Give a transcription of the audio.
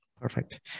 Perfect